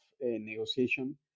negotiation